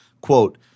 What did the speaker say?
Quote